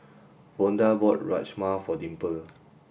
Vonda bought Rajma for Dimple